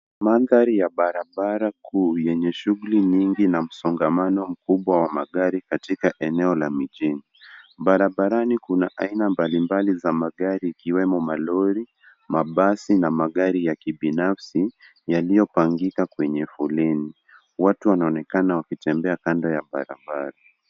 Mandhari ya barabara kuu yenye shughuli nyingi na msongamano mkubwa wa magari katika eneo la mijini. Barabarani kuna aina mbalimbali za magari ikiwemo malori, mabasi na magari ya kibinafsi yaliyopangika kwenye foleni. Watu wanaonekana wakitembea kando ya barabara.